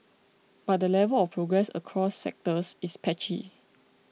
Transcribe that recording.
but the level of progress across sectors is patchy